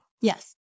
Yes